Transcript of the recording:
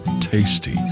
tasty